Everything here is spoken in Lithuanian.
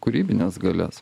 kūrybines galias